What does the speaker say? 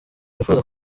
bifuza